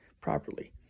properly